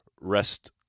Rest